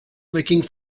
making